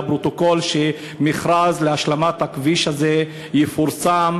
היה בפרוטוקול שמכרז להשלמת הכביש הזה יפורסם